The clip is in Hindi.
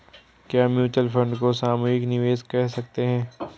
क्या म्यूच्यूअल फंड को सामूहिक निवेश कह सकते हैं?